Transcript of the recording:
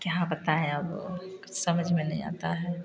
क्या बताएँ अब कुछ समझ में नहीं आता है